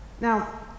Now